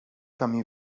camí